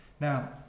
Now